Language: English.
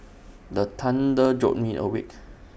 the thunder jolt me awake